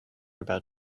about